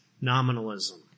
nominalism